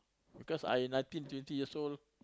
because I nineteen twenty years old